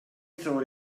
thought